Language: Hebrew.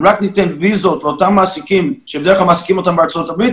אם רק ניתן ויזות לאותם מעסיקים שבדרך כלל מעסיקים אותם בארצות הברית,